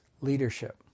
leadership